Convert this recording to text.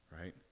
Right